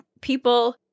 people